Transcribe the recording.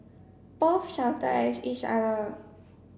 both shouted at each other